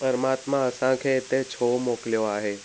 परमात्मा असांखे हिते छो मोकिलियो आहे